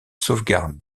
sauvegarde